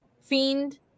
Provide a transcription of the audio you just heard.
fiend